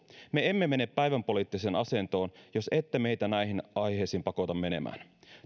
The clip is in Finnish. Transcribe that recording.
me emme mene päivänpoliittiseen asentoon jos ette meitä näihin aiheisiin pakota menemään